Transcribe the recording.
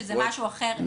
שזה משהו אחר לגמרי.